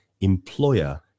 employer